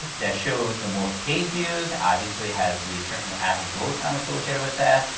that shows the most page views, obviously has the certain average load time associated with that,